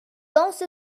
also